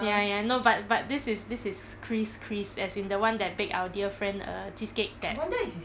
ya I know but but this is this is chris chris as in the [one] that bake our dear friend a cheesecake that